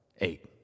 Eight